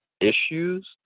issues